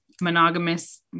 monogamous